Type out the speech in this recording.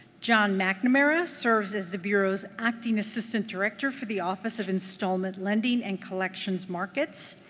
john mcnamara serves as the bureau's acting assistant director for the office of installment lending and collections markets.